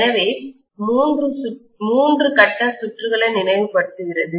எனவே மூன்று கட்ட சுற்றுகளை நினைவுபடுத்துகிறது